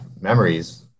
memories